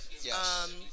Yes